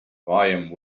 volume